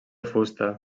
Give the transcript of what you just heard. fusta